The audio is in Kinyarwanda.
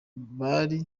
bimwe